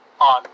on